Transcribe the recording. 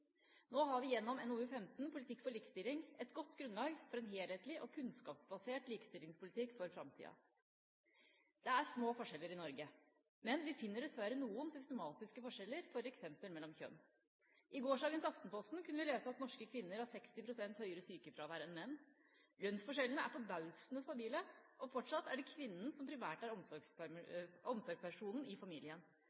Nå har vi gjennom NOU 2012: 15 Politikk for likestilling et godt grunnlag for en helhetlig og kunnskapsbasert likestillingspolitikk for framtida. Det er små forskjeller mellom folk i Norge, men vi finner dessverre noen systematiske forskjeller, f.eks. mellom kjønn. I gårsdagens Aftenposten kunne vi lese at norske kvinner har 60 pst. høyere sykefravær enn menn, lønnsforskjellene er forbausende stabile, og fortsatt er det kvinnen som